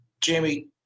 Jamie